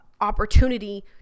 opportunity